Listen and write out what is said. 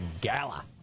gala